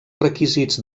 requisits